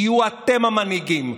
תהיו אתם המנהיגים,